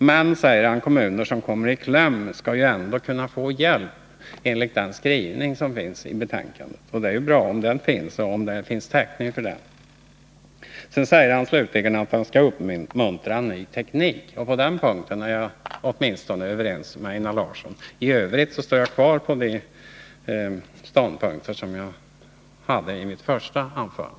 Men med hänvisning till den skrivning som finns i betänkandet skall, enligt Einar Larsson, kommuner som kommer i kläm ändå kunna få hjälp. Det är bra om det finns täckning för det. Allra sist sade Einar Larsson att vi skall uppmuntra framtagandet av ny teknik. På den punkten är jag överens med Einar Larsson. I övrigt står jag kvar vid de ståndpunkter som jag redovisade i mitt första anförande.